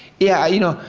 yeah. you know,